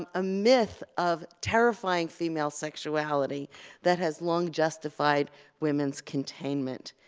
um a myth of terrifying female sexuality that has long justified women's containment.